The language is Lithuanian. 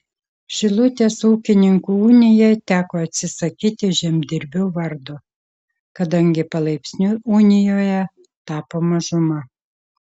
šilutės ūkininkų unijai teko atsisakyti žemdirbių vardo kadangi palaipsniui unijoje tapo mažuma